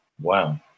wow